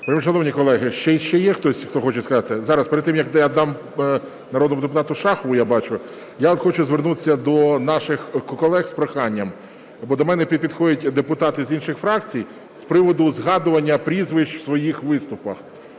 Вельмишановні колеги, ще є хтось, хто хоче сказати? Зараз, перед тим, як я дам народному депутату Шахову, я бачу, я хочу звернутися до наших колег з проханням. Бо до мене підходять депутати з інших фракцій з приводу згадування прізвищ в своїх виступах.